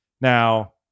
Now